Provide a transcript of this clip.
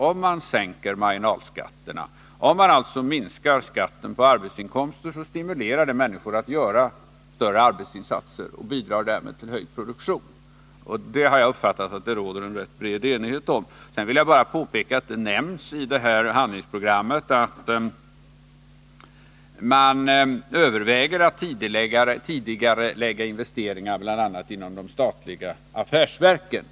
Om man sänker marginalskatterna och alltså minskar skatten på arbetsinkomster stimuleras människor att göra större arbetsinsatser, vilket bidrar till en höjning av produktionen. Jag har fått den uppfattningen att det råder en rätt bred enighet om den saken. Sedan vill jag bara påpeka att det nämns i handlingsprogrammet att man överväger att tidigarelägga investeringar, bl.a. inom de statliga affärsverken.